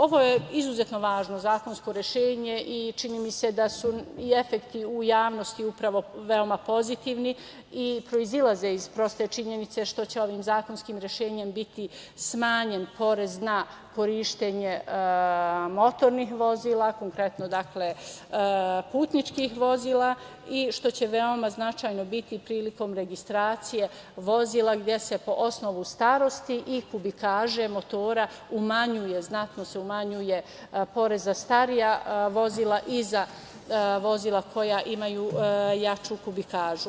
Ovo je izuzetno važno zakonsko rešenje i čini mi se da su efekti u javnosti upravo veoma pozitivni i proizilaze iz proste činjenice što će ovim zakonskim rešenjem biti smanjen porez na korišćenje motornih vozila, konkretno putničkih vozila i što će veoma značajno biti prilikom registracije vozila gde se po osnovu starosti i kubikaže motora umanjuje znatno porez za starija vozila i za vozila koja imaju jaču kubikažu.